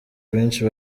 abenshi